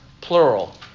plural